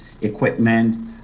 equipment